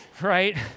right